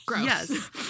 Yes